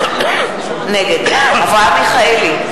נגד אברהם מיכאלי,